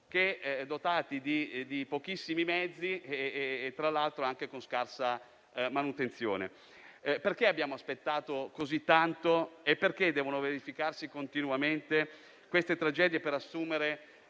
dotati di pochissimi mezzi e, tra l'altro, con scarsa manutenzione. Perché abbiamo aspettato così tanto e perché devono verificarsi continuamente tragedie per assumere